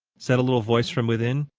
said a little voice from within.